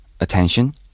attention